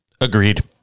Agreed